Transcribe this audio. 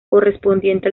correspondiente